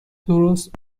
درست